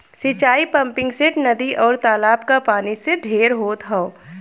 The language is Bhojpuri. सिंचाई पम्पिंगसेट, नदी, आउर तालाब क पानी से ढेर होत हौ